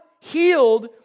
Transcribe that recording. healed